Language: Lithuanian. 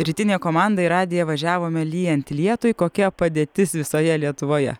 rytinė komanda į radiją važiavome lyjant lietui kokia padėtis visoje lietuvoje